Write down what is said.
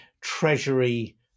Treasury